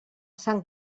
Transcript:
sant